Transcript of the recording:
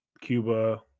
cuba